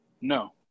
no